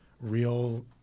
real